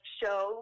show